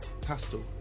pastel